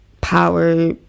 Power